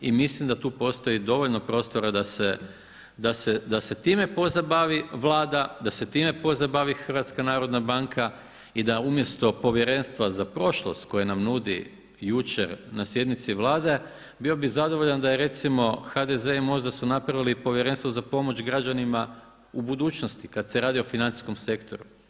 I mislim da tu postoji dovoljno prostora da se time pozabavi Vlada, da se time pozabavi HNB i da umjesto povjerenstva za prošlost koje nam nudi jučer na sjednici Vlade, bio bih zadovoljan da je recimo HDZ i MOST da su napravili povjerenstvo za pomoć građanima u budućnosti kada se radi o financijskom sektoru.